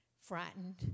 frightened